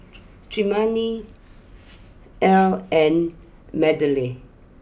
Tremayne Ely and Magdalen